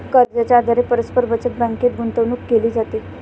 कर्जाच्या आधारे परस्पर बचत बँकेत गुंतवणूक केली जाते